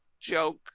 joke